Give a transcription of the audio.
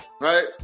Right